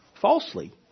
falsely